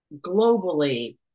globally